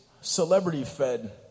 celebrity-fed